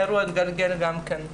האירוע מתגלגל גם אליכם.